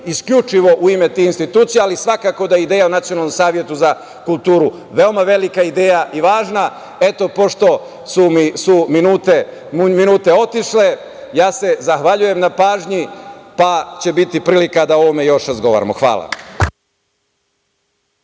isključivo u ime tih institucija, ali svakako da je ideja o nacionalnom savetu za kulturu veoma velika ideja i važna. Pošto su mi minute otišle, zahvaljujem se na pažnji. Biće prilika da o ovome još razgovaramo. Hvala.